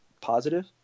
positive